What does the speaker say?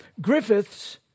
Griffiths